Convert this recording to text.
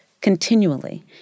continually